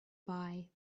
buy